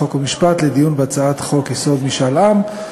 חוק ומשפט לדיון בהצעת חוק-יסוד: משאל עם.